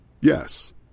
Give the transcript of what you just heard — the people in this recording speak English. Yes